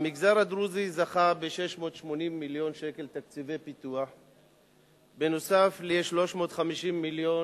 המגזר הדרוזי זכה ב-680 מיליון שקל תקציבי פיתוח נוסף על 350 מיליון